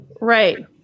Right